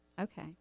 Okay